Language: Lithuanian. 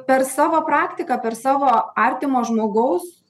per savo praktiką per savo artimo žmogaus